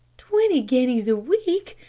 twenty guineas a week!